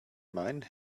mine